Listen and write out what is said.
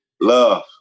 Love